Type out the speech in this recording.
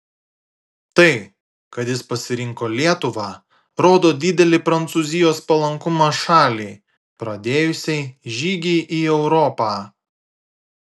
tai kad jis pasirinko lietuvą rodo didelį prancūzijos palankumą šaliai pradėjusiai žygį į europą